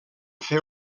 fer